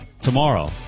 tomorrow